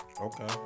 Okay